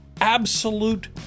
Absolute